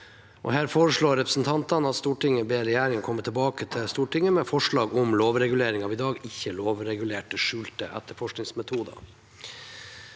Her foreslår representantene at Stortinget ber regjeringen komme tilbake til Stortinget med forslag om lovregulering av i dag ikke lovregulerte skjulte etterforskningsmetoder.